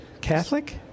Catholic